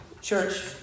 church